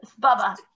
Bubba